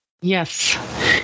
Yes